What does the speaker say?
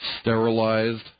sterilized